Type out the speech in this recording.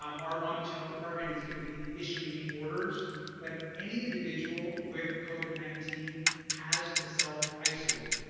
um our long beach health department is going to be issuing new orders that any individual with covid nineteen has to self isolate.